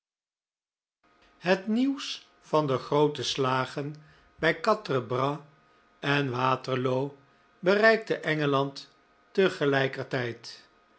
et nieuws van de groote slagen bij quatre bras en waterloo bereikte engeland